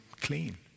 clean